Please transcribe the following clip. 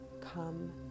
come